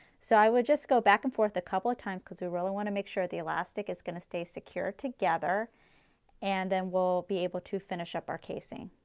so i would just go back and forth a couple of times because we really want to make sure the elastic is going to stay secure together and then we'll be able to finish up our casing.